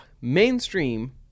mainstream